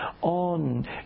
on